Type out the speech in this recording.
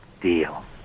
deal